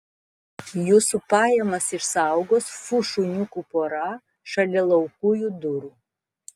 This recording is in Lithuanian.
jūsų pajamas išsaugos fu šuniukų pora šalia laukujų durų